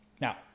Now